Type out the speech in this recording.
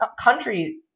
country